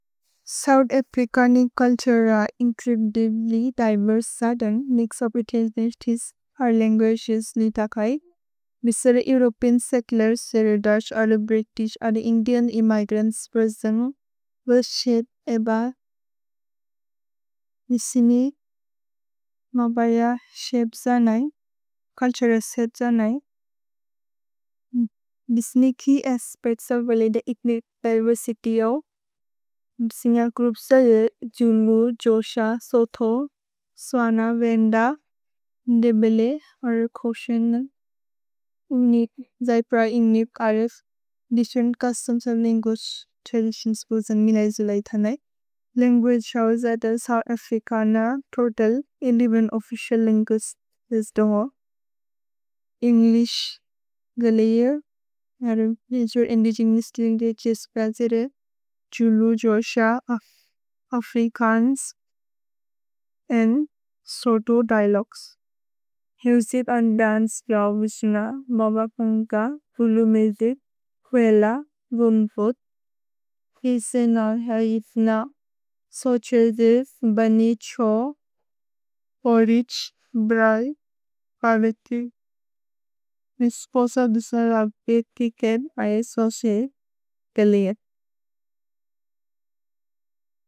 South एप्रिकानी culture रा incredibly diverse सादं निक्स अपृतेल नेश्ठीस हार लेंग्वर्श्यस लिधाखाई। बिसर एवरोपिन सेकलर सेरेडर्श अले ब्रितिश अले इंग्डियन इमाइग्रेंड्स वर्श्यत एबाद। बिसनी माबाया शेब जानाई, कॉल्ट्र रस्यत जानाई। बिसनी की एस्पर्ट सावले दे इकनित पर वर्षितियो। बिसनी culture सावले जून्गू, Xhosa, Sotho, Tswana, Venda, Ndebele, और कोशियन, उनिक, जैपरा, इंग्लिक, आरेफ। डिस्टेंट कास्तंस लिंगोड्ड ट्रेडिशन स्पूर्जन मिलाई जुलाई थानाई। लिंग्गोड शावले सौचिर्दिफ, बनीचो, पोरिच, ब्राइब, परमती। मिस्पोसा दिसराब्पिर किकें आये सौचिर्दिफ के लिए।